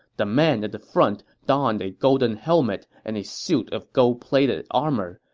the man at the front donned a golden helmet and a suit of gold-plated armor.